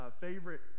favorite